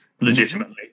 legitimately